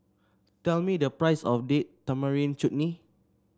tell me the price of Date Tamarind Chutney